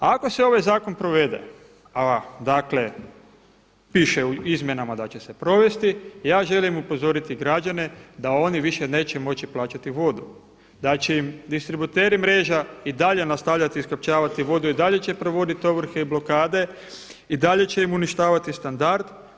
Ako se ovaj zakon provede, a dakle piše u izmjenama da će se provesti ja želim upozoriti građane da oni više neće moći plaćati vodu, da će im distributeri mreža i dalje nastavljati iskopčavati vodu i dalje će provoditi ovrhe i blokade i dalje će im uništavati standard.